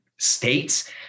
States